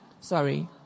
Sorry